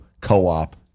co-op